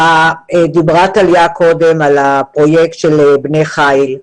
דיברה קודם טליה על הפרויקט של בני חיל.